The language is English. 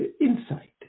insight